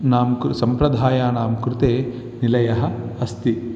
नाम कुल सम्प्रदायानां कृते निलयः अस्ति